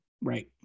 Right